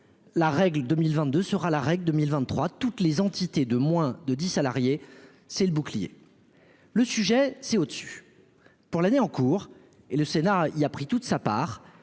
La règle 2022 sera la règle 2023 toutes les entités de moins de 10 salariés, c'est le bouclier, le sujet c'est au-dessus pour l'année en cours et le Sénat, il a pris toute sa part,